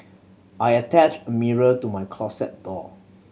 I attached a mirror to my closet door